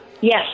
Yes